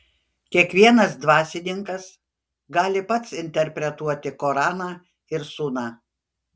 kiekvienas dvasininkas gali pats interpretuoti koraną ir suną